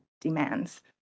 demands